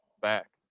Back